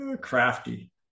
Crafty